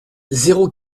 zéro